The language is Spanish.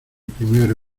primer